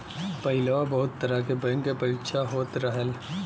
पहिलवा बहुत तरह के बैंक के परीक्षा होत रहल